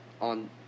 on